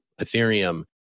Ethereum